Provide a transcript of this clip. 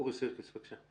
אורי סירקיס, בבקשה.